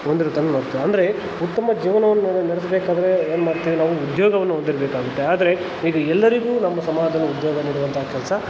ಹೊಂದಿರುದನ್ನು ನೋಡ್ತೇವೆ ಅಂದರೆ ಉತ್ತಮ ಜೀವನವನ್ನು ನಡೆಸಬೇಕಾದ್ರೆ ಏನು ಮಾಡ್ತೀವಿ ನಾವು ಉದ್ಯೋಗವನ್ನು ಹೊಂದಿರ್ಬೇಕಾಗುತ್ತೆ ಆದರೆ ಇದು ಎಲ್ಲರಿಗೂ ನಮ್ಮ ಸಮಾಜದಲ್ಲಿ ಉದ್ಯೋಗ ನೀಡುವಂತಹ ಕೆಲಸ